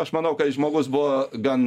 aš manau kad jis žmogus buvo gan